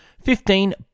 Fifteen